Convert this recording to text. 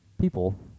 people